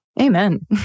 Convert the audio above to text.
Amen